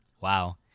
Wow